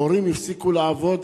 הורים הפסיקו לעבוד,